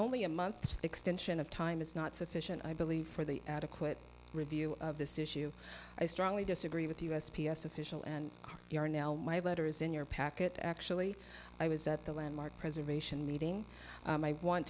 only a month extension of time is not sufficient i believe for the adequate review of this issue i strongly disagree with u s p s official and you are now my letter is in your packet actually i was at the landmark preservation meeting and i want